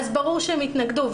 ברור שהם יתנגדו.